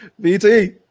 BT